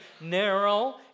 narrow